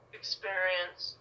experience